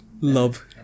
love